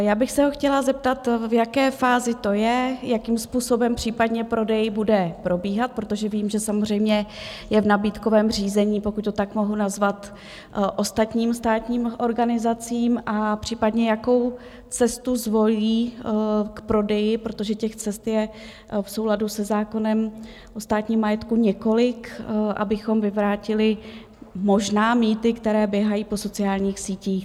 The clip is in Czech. Já bych se ho chtěla zeptat, v jaké fázi to je, jakým způsobem případně prodej bude probíhat, protože vím, že samozřejmě je v nabídkovém řízení, pokud to tak mohu nazvat, ostatním státním organizacím, a případně jakou cestu zvolí k prodeji, protože těch cest je v souladu se zákonem o státním majetku několik, abychom vyvrátili možná mýty, které běhají po sociálních sítích.